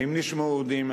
האם נשמעו עדים,